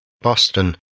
Boston